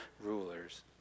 rulers